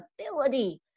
ability